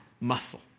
muscle